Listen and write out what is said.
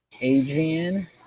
Adrian